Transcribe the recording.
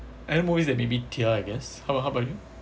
movies that made me tear I guess how how about you